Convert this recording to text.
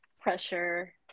pressure